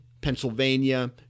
Pennsylvania